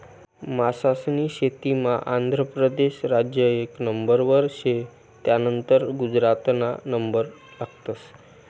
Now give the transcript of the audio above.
मासास्नी शेतीमा आंध्र परदेस राज्य एक नंबरवर शे, त्यानंतर गुजरातना नंबर लागस